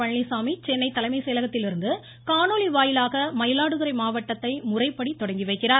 பழனிச்சாமி சென்னை முதலமைச்சர் தலைமைச் செயலகத்திலிருந்து காணொலி வாயிலாக மயிலாடுதுறை மாவட்டத்தை முறைப்படி தொடங்கி வைக்கிறார்